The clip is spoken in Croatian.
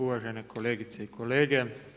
Uvažene kolegice i kolege.